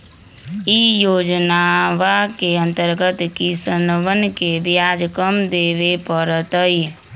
ई योजनवा के अंतर्गत किसनवन के ब्याज कम देवे पड़ तय